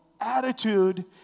attitude